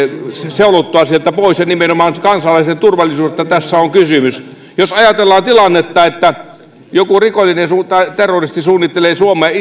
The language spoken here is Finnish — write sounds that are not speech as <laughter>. seulottua sieltä pois ja nimenomaan kansalaisten turvallisuudesta tässä on kysymys jos ajatellaan tilannetta että joku rikollinen tai terroristi suunnittelee suomeen <unintelligible>